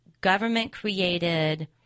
government-created